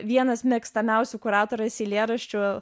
vienas mėgstamiausių kuratorės eilėraščių